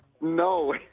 No